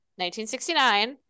1969